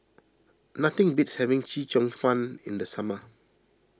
nothing beats having Chee Cheong Fun in the summer